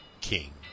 King